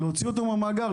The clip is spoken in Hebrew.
להוציא אותו מן המאגר,